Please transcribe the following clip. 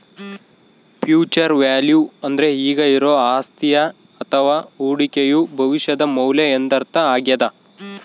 future value ಅಂದ್ರೆ ಈಗ ಇರುವ ಅಸ್ತಿಯ ಅಥವ ಹೂಡಿಕೆಯು ಭವಿಷ್ಯದ ಮೌಲ್ಯ ಎಂದರ್ಥ ಆಗ್ಯಾದ